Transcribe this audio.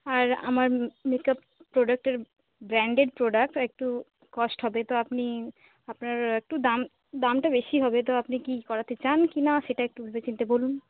আর আমার মে মেকআপ প্রোডাক্টের ব্র্যান্ডেড প্রোডাক্ট তো একটু কস্ট হবে তো আপনি আপনার একটু দাম দামটা বেশি হবে তো আপনি কি করাতে চান কি না সেটা একটু ভেবে চিন্তে বলুন